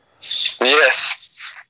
yes